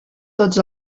tots